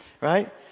right